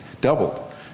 doubled